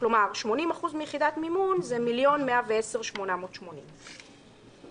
כלומר 80% מיחידת מימון זה 1,110,880 ש"ח.